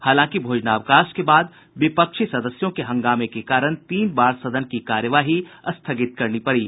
हालांकि भोजनावकाश के बाद विपक्षी सदस्यों के हंगामे के कारण तीन बार सदन की कार्यवाही स्थगित करनी पड़ी